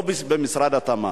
לא במשרד התמ"ת.